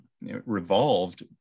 revolved